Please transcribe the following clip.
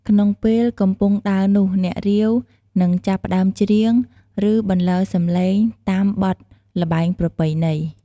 ក្នុងពេលកំពុងដើរនោះ អ្នករាវ នឹង ចាប់ផ្តើមច្រៀង ឬបន្លឺសំឡេង តាមបទល្បែងប្រពៃណី។